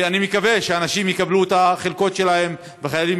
ואני מקווה שאנשים יקבלו את החלקות שלהם ולחיילים